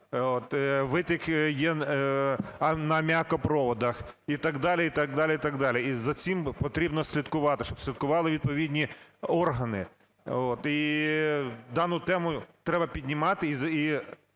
витік є на аміакопроводах і так далі, і так далі. І за цим потрібно слідкувати, щоб слідкували відповідні органи от. І дану тему треба піднімати, і